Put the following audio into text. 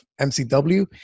MCW